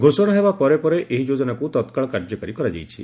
ଘୋଷଣା ହେବା ପରେ ପରେ ଏହି ଯୋଜନାକୁ ତତ୍କାଳ କାର୍ଯ୍ୟକାରୀ କରାଯାଇଛି